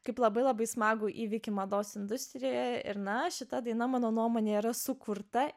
kaip labai labai smagų įvykį mados industrijoje ir na šita daina mano nuomone yra sukurta